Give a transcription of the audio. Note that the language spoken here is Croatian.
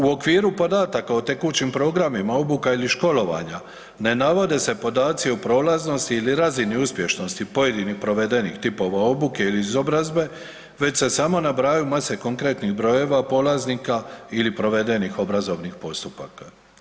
U okviru podataka o tekućim programima, obuka ili školovanja ne navode se podaci o prolaznosti ili razini uspješnosti pojedinih provedenih tipova obuke ili izobrazbe već se samo nabrajaju mase konkretnih brojeva polaznika ili provedenih obrazovnih postupaka.